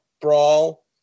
brawl